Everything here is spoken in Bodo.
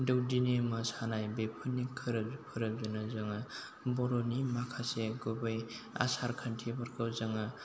दौदिनि मोसानाय बेफोरनि फोरबोजोंनो जोङो बर'नि माखासे गुबै आसार खान्थिफोरखौ जोङो